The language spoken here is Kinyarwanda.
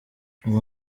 uwo